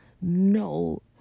no